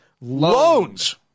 Loans